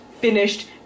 finished